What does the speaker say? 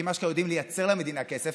כי הם ממש יודעים לייצר למדינה כסף,